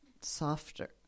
softer